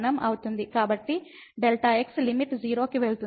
కాబట్టి Δx limit 0 కి వెళుతుంది